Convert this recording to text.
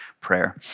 prayer